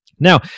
Now